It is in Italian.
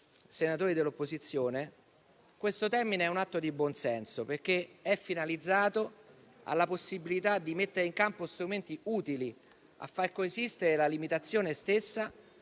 senatori dell'opposizione, questo termine è un atto di buon senso perché è finalizzato alla possibilità di mettere in campo strumenti utili a far coesistere la limitazione stessa